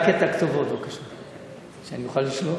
רק את הכתובות, בבקשה, שאני אוכל לשלוח.